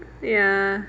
ya